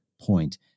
point